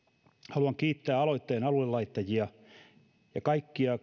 haluan kiittää aloitteen alullelaittajia ja kaikkia